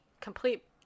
complete